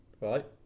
right